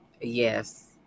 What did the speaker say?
Yes